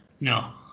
No